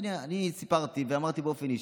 הינה, אני סיפרתי ואמרתי באופן אישי,